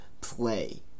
play